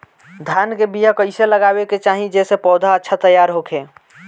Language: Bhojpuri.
धान के बीया कइसे लगावे के चाही जेसे पौधा अच्छा तैयार होखे?